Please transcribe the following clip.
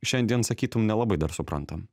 šiandien sakytum nelabai dar suprantam